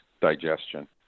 digestion